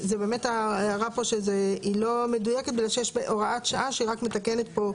איך היום היבואן לא יכול שהיצרן שלו יקבע את חיי המדף?